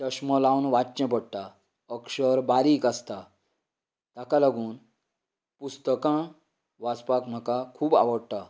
चश्मा लावन वाचचें पडटा अक्षर बारीक आसता ताका लागून पुस्तकां वाचपाक म्हाका खूब आवडटा